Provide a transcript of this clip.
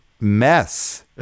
mess